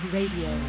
Radio